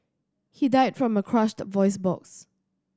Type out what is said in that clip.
he died from a crushed voice box